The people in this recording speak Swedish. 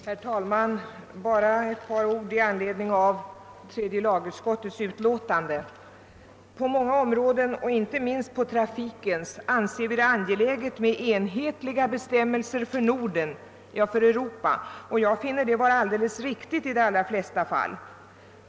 Herr talman! Bara ett par ord i anledning av tredje lagutskottets utlåtande nor 34. På många områden, inte minst på trafikens, anser vi det angeläget med enhetliga bestämmelser för Norden, ja, för Europa. Jag finner detta vara alldeles riktigt i de allra flesta fall.